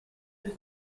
più